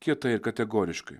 kietai ir kategoriškai